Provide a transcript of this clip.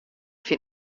fyn